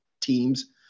teams